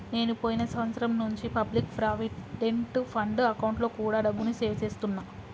నేను పోయిన సంవత్సరం నుంచి పబ్లిక్ ప్రావిడెంట్ ఫండ్ అకౌంట్లో కూడా డబ్బుని సేవ్ చేస్తున్నా